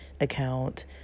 account